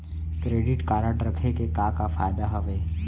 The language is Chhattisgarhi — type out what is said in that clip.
क्रेडिट कारड रखे के का का फायदा हवे?